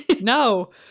No